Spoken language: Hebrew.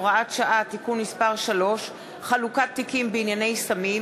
הוראת שעה) (תיקון מס' 3) (חלוקת תיקים בענייני סמים),